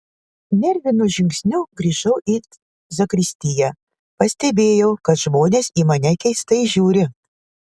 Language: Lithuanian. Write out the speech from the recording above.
nervinu žingsniu grįžau į zakristiją pastebėjau kad žmonės į mane keistai žiūri